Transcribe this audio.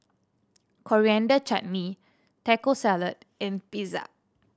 Coriander Chutney Taco Salad and Pizza